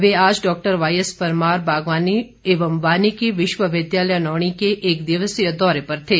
वे आज doctor Y S Parmar बागवान व वानिकी विश्वविद्यालय नौणी के एक दिवसीय दौरे पर थे